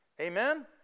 Amen